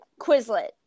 Quizlet